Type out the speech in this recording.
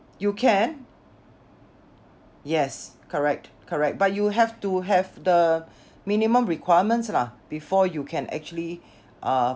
you can yes correct correct but you have to have the minimum requirements lah before you can actually uh